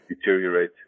deteriorate